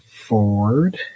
Ford